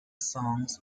songs